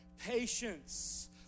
patience